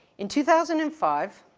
in two thousand and five,